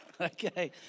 Okay